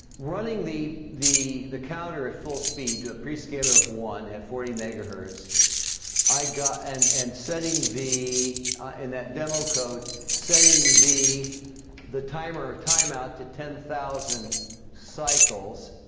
running the the the counter at full speed to a pre scalar of one at forty megahertz i got and and setting v in that demo code setting the the timer time out to ten thousand cycles